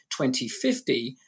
2050